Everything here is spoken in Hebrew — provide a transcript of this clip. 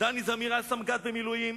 דני זמיר היה סמג"ד במילואים,